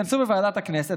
התכנסו בוועדת הכנסת,